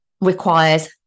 requires